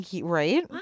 Right